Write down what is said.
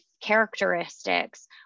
characteristics